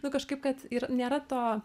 nu kažkaip kad ir nėra to